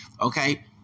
okay